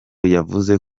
yavuze